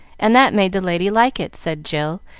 and that made the lady like it, said jill,